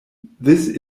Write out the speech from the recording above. this